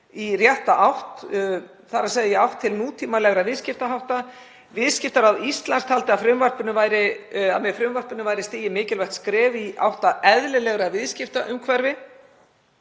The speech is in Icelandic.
í átt til nútímalegra viðskiptahátta. Viðskiptaráð Íslands taldi að með frumvarpinu væri stigið mikilvægt skref í átt að eðlilegra viðskiptaumhverfi.